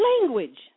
language